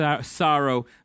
sorrow